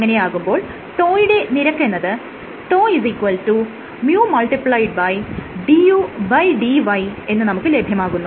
അങ്ങനെയാകുമ്പോൾ τ യുടെ നിരക്കെന്നത് τ µdudy എന്ന് നമുക്ക് ലഭ്യമാകുന്നു